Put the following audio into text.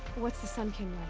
what's the sun king